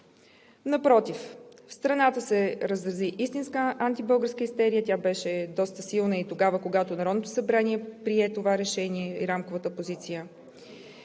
Напротив, в страната се разрази истинска антибългарска истерия. Тя беше доста силна и тогава, когато Народното събрание прие това решение и рамковата позиция,